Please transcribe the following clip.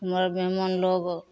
हमर मेहमान लोक